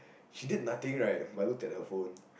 she did nothing right but looked at her phone